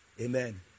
amen